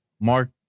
Mark